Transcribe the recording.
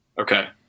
Okay